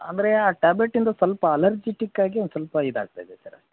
ಅಂದರೆ ಆ ಟ್ಯಾಬ್ಲೆಟಿಂದ ಸ್ವಲ್ಪ ಅಲರ್ಜಿಟಿಕ್ ಆಗಿ ಒಂದು ಸ್ವಲ್ಪ ಇದಾಗ್ತಾ ಇದೆ ಸರ್